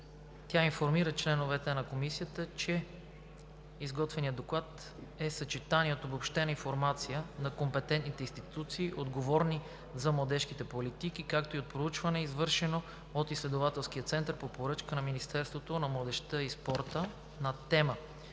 Тя информира членовете на Комисията, че изготвеният Доклад е съчетание от обобщена информация на компетентните институции, отговорни за младежките политики, както и от проучване, извършено от изследователски център по поръчка на Министерството на младежта и спорта на тема